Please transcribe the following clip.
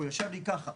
הוא יושב לי ככה,